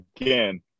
again